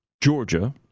Georgia